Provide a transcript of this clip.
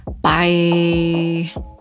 Bye